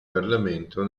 parlamento